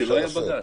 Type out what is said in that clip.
להגיד שלא היה בג"ץ?